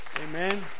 Amen